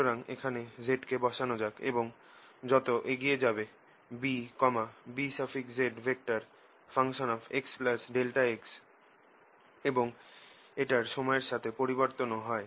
সুতরাং এখানে z কে বসানো যাক এবং যত এগিয়ে যাবে B Bzx∆x এবং এটার সময়ের সাথে পরিবর্তন ও হয়